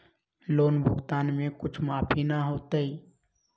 Loan भुगतान में कुछ माफी न होतई?